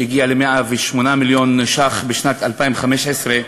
שהגיע ל-108 מיליון ש"ח בשנת 2015,